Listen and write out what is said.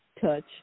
touch